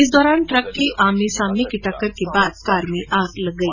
इस दौरान ट्रक से आमने सामने की टक्कर के बाद कार में आग लग गई